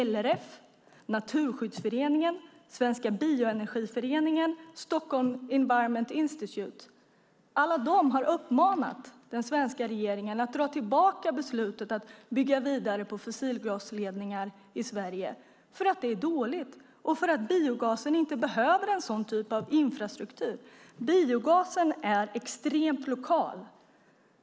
LRF, Naturskyddsföreningen, Svenska Bioenergiföreningen och Stockholm Environment Institute har uppmanat den svenska regeringen att dra tillbaka beslutet att bygga vidare på fossilgasledningar i Sverige därför att det är dåligt och för att biogasen inte behöver den typen av infrastruktur. Biogasen är extremt lokal.